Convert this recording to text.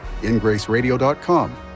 ingraceradio.com